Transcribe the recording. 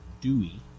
Dewey